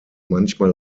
manchmal